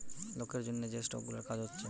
লোকের জন্যে যে স্টক গুলার কাজ হচ্ছে